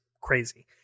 crazy